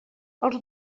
els